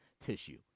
tissue